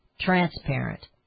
transparent